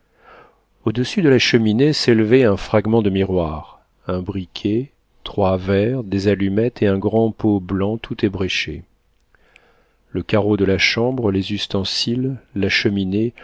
au-dessus de la cheminée s'élevaient un fragment de miroir un briquet trois verres des allumettes et un grand pot blanc tout ébréché le carreau de la chambre les ustensiles la cheminée